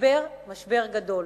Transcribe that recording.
במשבר גדול?